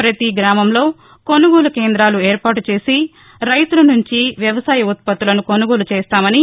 పతి గ్రామంలో కొసుగోలు కేంద్రాలు ఏర్పాటు చేసి రైతుల నుంచి వ్యవసాయ ఉత్పత్తులను కొనుగోలు చేస్తున్నామని